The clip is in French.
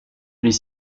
est